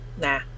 nah